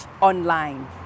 Online